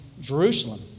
Jerusalem